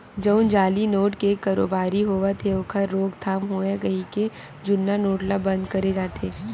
जउन जाली नोट के कारोबारी होवत हे ओखर रोकथाम होवय कहिके जुन्ना नोट ल बंद करे जाथे